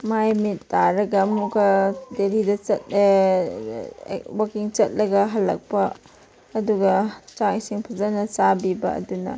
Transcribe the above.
ꯃꯥꯏ ꯃꯤꯠ ꯇꯥꯔꯒ ꯑꯃꯨꯛꯀ ꯗꯦꯂꯤꯗ ꯆꯠꯂꯦ ꯋꯥꯛꯀꯤꯡ ꯆꯠꯂꯒ ꯍꯜꯂꯛꯄ ꯑꯗꯨꯒ ꯆꯥꯛ ꯏꯁꯤꯡ ꯐꯖꯅ ꯆꯥꯕꯤꯕ ꯑꯗꯨꯅ